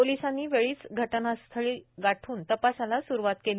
पोलिसांनी वेळीच घटनास्थळी गाठून तपासाला सुरुवात केली